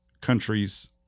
countries